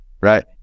right